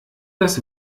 das